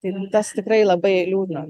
tai tas tikrai labai liūdna